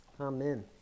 Amen